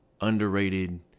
underrated